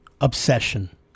obsession